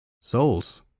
Souls